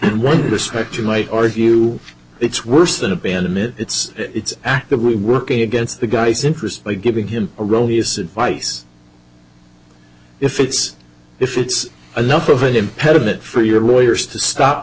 the one respect you might argue it's worse than abandon it it's it's actively working against the guy's interests by giving him erroneous advice if it's if it's enough of an impediment for your lawyers to stop